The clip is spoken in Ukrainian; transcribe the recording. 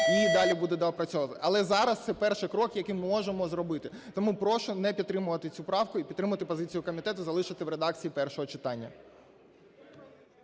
її далі буде доопрацьовувати. Але зараз це перший крок, який ми можемо зробити. Тому прошу не підтримувати цю правку і підтримати позицію комітету залишити в редакції першого читання.